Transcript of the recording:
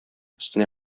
өстенә